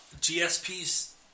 GSP's